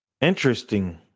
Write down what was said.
interesting